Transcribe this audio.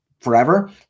forever